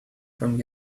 from